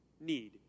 need